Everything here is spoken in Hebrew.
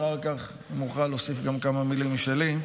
אחר כך, אם אוכל, אוסיף גם כמה מילים משלי.